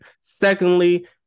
secondly